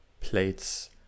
plates